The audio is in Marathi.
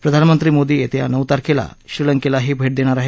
प्रधानमंत्री मोदी येत्या नऊ तारखेला श्रीलंकेलाही भे देणार आहेत